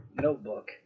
notebook